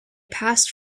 passed